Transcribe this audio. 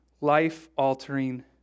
life-altering